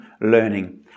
learning